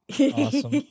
Awesome